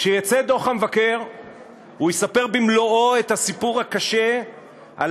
כשיצא דוח המבקר הוא יספר במלואו את הסיפור הקשה על